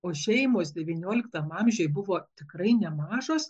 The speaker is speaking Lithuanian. o šeimos devynioliktam amžiuj buvo tikrai nemažos